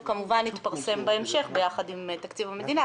והוא כמובן התפרסם בהמשך ביחד עם תקציב המדינה.